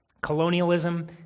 Colonialism